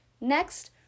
Next